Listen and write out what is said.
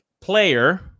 player